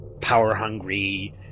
power-hungry